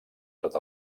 tot